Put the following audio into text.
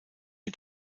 mit